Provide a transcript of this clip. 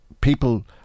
people